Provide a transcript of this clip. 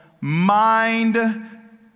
mind